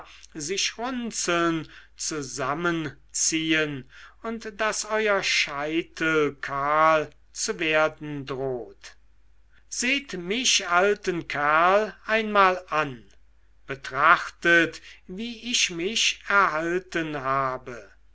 sich runzeln zusammenziehen und daß euer scheitel kahl zu werden droht seht mich alten kerl einmal an betrachtet wie ich mich erhalten habe